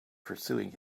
pursuing